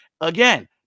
Again